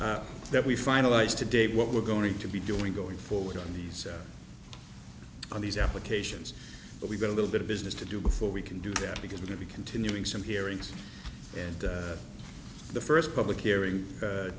you that we finalized today what we're going to be doing going forward on these on these applications but we've got a little bit of business to do before we can do that because we're going to be continuing some hearings and the first public hearing